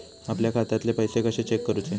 आपल्या खात्यातले पैसे कशे चेक करुचे?